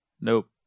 Nope